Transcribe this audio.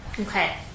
Okay